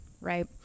right